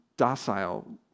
docile